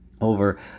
over